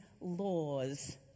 laws